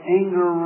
anger